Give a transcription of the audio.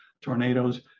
tornadoes